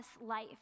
life